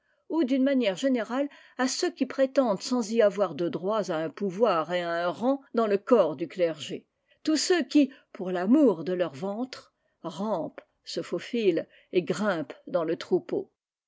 ou d'une manière générale à ceux qui prétendent sans y avoir de droits à un pouvoir et à un rang dans le corps du clergé tous ceux qui pour l'amour de leurs ventres rampent se faufilent et grimpent dans le n troupeau